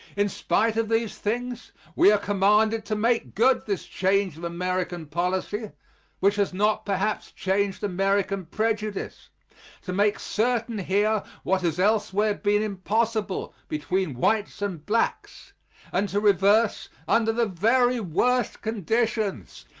in spite of these things we are commanded to make good this change of american policy which has not perhaps changed american prejudice to make certain here what has elsewhere been impossible between whites and blacks and to reverse, under the very worst conditions,